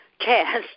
cast